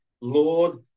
Lord